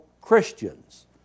Christians